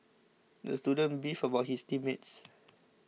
the student beefed about his team mates